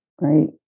right